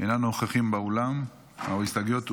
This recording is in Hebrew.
אינם נוכחים באולם, ההסתייגויות הוסרו,